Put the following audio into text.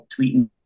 tweeting